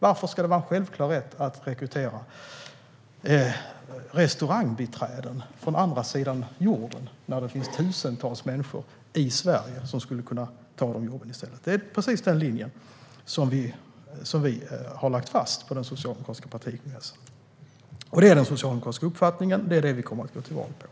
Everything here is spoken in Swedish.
Varför ska det finnas en självklar rätt att rekrytera restaurangbiträden från andra sidan jorden när det finns tusentals människor i Sverige som kan ta dessa jobb? Det är precis denna linje som vi har lagt fast på den socialdemokratiska partikongressen. Detta är den socialdemokratiska uppfattningen, och det är vad vi kommer att gå till val på.